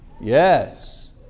Yes